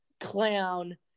clown